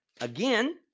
Again